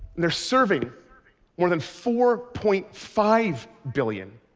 they're serving more than four point five billion